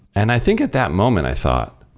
and i think at that moment, i thought,